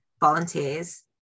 volunteers